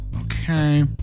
Okay